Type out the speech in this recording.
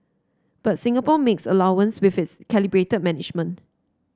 but Singapore makes allowance with its calibrated management